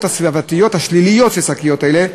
הסביבתיות השליליות של שקיות אלה.